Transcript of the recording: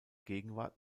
gegenwart